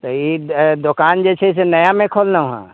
तऽ ई दोकान जे छै से नयामे खोललहुँ हँ